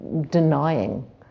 denying